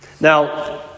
Now